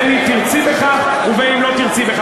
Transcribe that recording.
בין שתרצי בכך ובין שלא תרצי בכך,